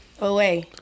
away